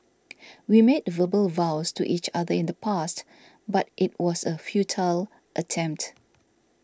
we made verbal vows to each other in the past but it was a futile attempt